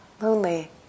lonely